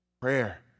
Prayer